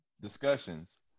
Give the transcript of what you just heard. discussions